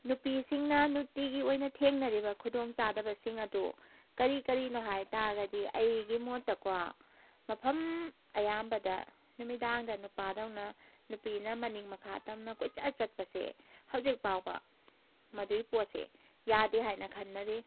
ꯅꯨꯄꯤꯁꯤꯡꯅ ꯅꯨꯡꯇꯤꯒꯤ ꯑꯣꯏꯅ ꯊꯦꯡꯅꯔꯤꯕ ꯈꯨꯗꯣꯡ ꯆꯥꯗꯕꯁꯤꯡ ꯑꯗꯨ ꯀꯔꯤ ꯀꯔꯤꯅꯣ ꯍꯥꯥꯏ ꯇꯥꯔꯗꯤ ꯑꯩꯒꯤ ꯃꯣꯠꯇꯀꯣ ꯃꯐꯝ ꯑꯌꯥꯝꯕꯗ ꯅꯨꯃꯤꯗꯥꯡꯗ ꯅꯨꯄꯥꯗꯧꯅ ꯅꯨꯄꯤꯅ ꯃꯅꯤꯡ ꯃꯈꯥ ꯇꯝꯅ ꯀꯣꯏꯆꯠ ꯆꯠꯄꯁꯦ ꯍꯧꯖꯤꯛ ꯐꯥꯎꯕ ꯃꯗꯨꯏ ꯄꯣꯠꯁꯦ ꯌꯥꯗꯦ ꯍꯥꯏꯅ ꯈꯟꯅꯔꯤ